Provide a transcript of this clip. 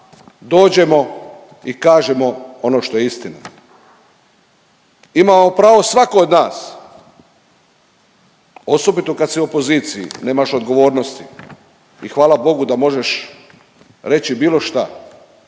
dođemo i kažemo ono što je istina. Ima pravo svatko od nas osobito kad si u opoziciji nemaš odgovornosti i hvala bogu da možeš reći bilo šta.